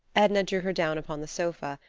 edna drew her down upon the sofa,